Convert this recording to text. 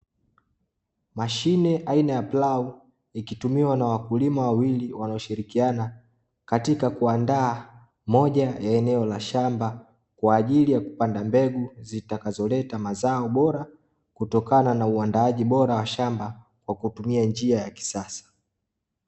Mashine aina ya plau, ikitumiwa na wakulima wawili wanaoshirikiana katika kuandaa moja ya eneo la shamba, kwa ajili ya kupanda mbegu zitakazoleta mazao bora, kutokana na uaandaaji bora wa shamba kwa kutumia njia ya kisasa.